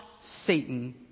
Satan